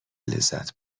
لذت